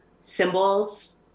symbols